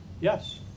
Yes